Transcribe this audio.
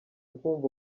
kumva